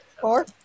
Four